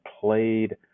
played